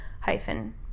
hyphen